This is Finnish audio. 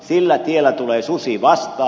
sillä tiellä tulee susi vastaan